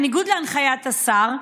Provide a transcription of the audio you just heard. בניגוד להנחיית השר,